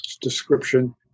description